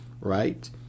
right